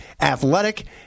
Athletic